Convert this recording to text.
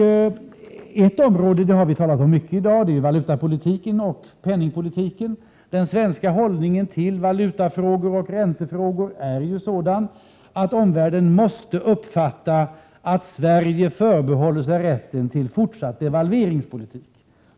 Ett område — det har vi talat mycket om i dag — är valutapolitiken och penningpolitiken. Den svenska hållningen till valutafrågor och räntefrågor är ju sådan, att omvärlden måste uppfatta att Sverige förbehåller sig rätten till fortsatt devalveringspolitik.